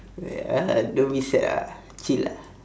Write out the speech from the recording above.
ah don't be sad ah chill ah